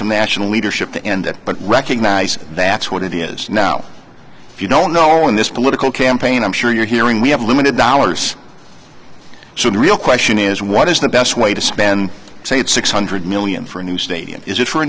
some national leadership to end it but recognize that what it is now if you don't know in this political campaign i'm sure you're hearing we have limited dollars so the real question is what is the best way to spend say it six hundred million for a new stadium is it for a